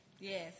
Yes